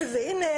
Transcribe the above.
והנה